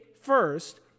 first